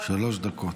שלוש דקות.